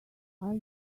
are